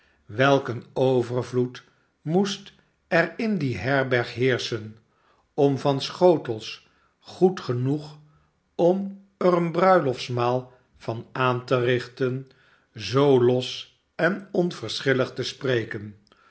een overvloed moest er in die herberg heerschen om van schotels goed genoeg om er een bruiloftsmaal van aan te richten zoo los en onverschillg te spreken